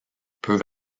peut